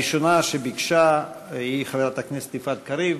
הראשונה שביקשה היא חברת הכנסת יפעת קריב.